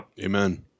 Amen